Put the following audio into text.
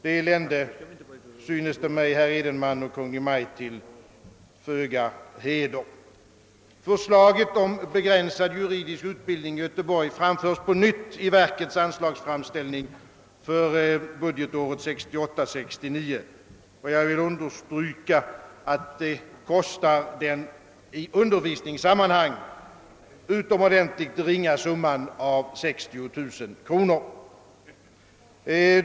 Det lände, synes det mig, herr Edenman och Kungl. Maj:t till föga heder. Förslaget om begränsad juridisk utbildning i Göteborg framförs på nytt i verkets anslagsframställning för budgetåret 1968/69. Jag vill understryka, att denna utbildning kostar den i undervisningssammanhang utomordentligt ringa summan av 60 000 kronor.